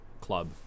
Club